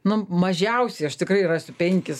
nu mažiausiai aš tikrai rasiu penkis